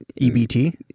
EBT